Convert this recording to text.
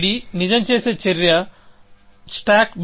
bd నిజం చేసే చర్య స్టాక్ bd